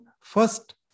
First